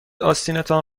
آستینتان